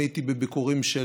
אני הייתי בביקורים של